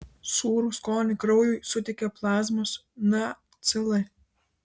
sūrų skonį kraujui suteikia plazmos nacl